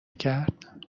کرد